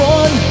one